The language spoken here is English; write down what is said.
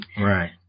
Right